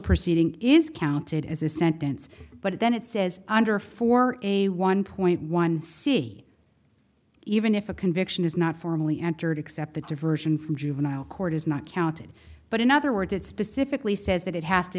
proceeding is counted as a sentence but then it says under for a one point one c even if a conviction is not formally entered except the diversion from juvenile court is not counted but in other words it specifically says that it has to